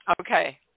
Okay